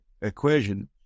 equation